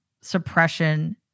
suppression